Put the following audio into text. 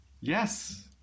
Yes